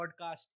podcast